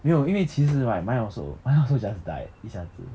没有因为其实 right mine also mine also just died 一下子